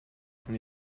from